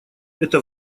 это